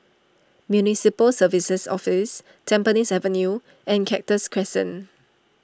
Municipal Services Office Tampines Avenue and Cactus Crescent